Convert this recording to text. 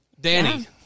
danny